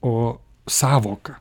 o sąvoką